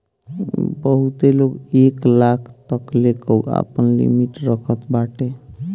बहुते लोग एक लाख तकले कअ आपन लिमिट रखत बाटे